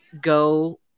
go